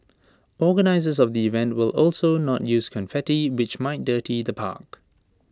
organisers of the event will also not use confetti which might dirty the park